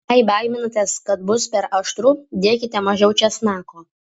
jei baiminatės kad bus per aštru dėkite mažiau česnako